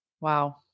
Wow